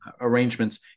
arrangements